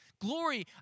glory